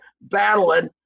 battling